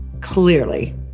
Clearly